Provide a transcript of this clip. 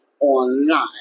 online